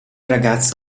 ragazzo